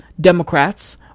Democrats